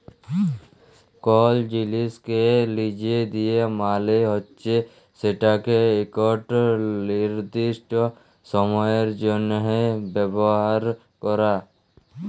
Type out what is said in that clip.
call জিলিসকে লিজে দিয়া মালে হছে সেটকে ইকট লিরদিস্ট সময়ের জ্যনহে ব্যাভার ক্যরা